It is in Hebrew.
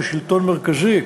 כשלטון מרכזי,